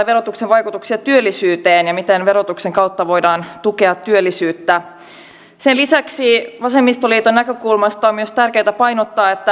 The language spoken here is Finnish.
verotuksen vaikutuksia työllisyyteen ja sitä miten verotuksen kautta voidaan tukea työllisyyttä sen lisäksi vasemmistoliiton näkökulmasta on tärkeää myös painottaa että